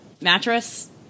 mattress